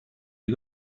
you